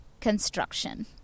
construction